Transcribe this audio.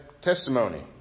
testimony